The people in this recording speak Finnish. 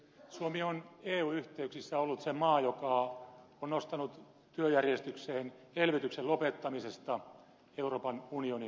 suomi on eu yhteyksissä ollut se maa joka on nostanut työjärjestykseen elvytyksen lopettamisen euroopan unionin tasolla